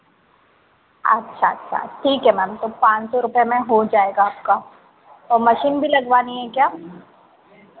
अच्छा अच्छा ठीक है मैम तो पाँच सौ रुपये में हो जाएगा आपका और मशीन भी लगवानी है क्या